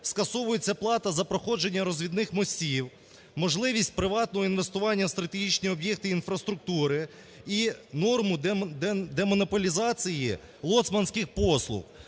скасовується плата за проходження розвідних мостів, можливість приватного інвестування в стратегічні об'єкти, інфраструктури, і норму демонополізації лоцманських послуг.